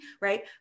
Right